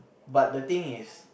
but the thing is